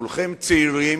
כולכם צעירים.